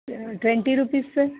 twenty rupees sir